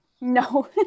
no